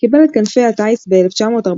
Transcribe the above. קיבל את כנפי הטיס ב-1943,